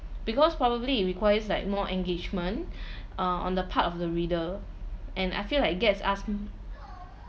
because probably it requires like more engagement uh on the part of the reader and I feel like it gets us in